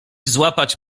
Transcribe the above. złapać